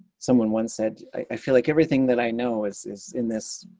someone once said i feel like everything that i know is is in this